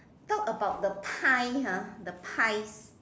talk about the pie ah the pies